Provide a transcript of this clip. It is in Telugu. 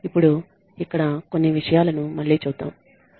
ఇప్పుడు ఇక్కడ కొన్ని విషయాలను మళ్ళీ చూద్దాం